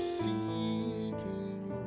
seeking